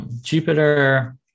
Jupiter